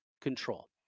control